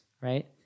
right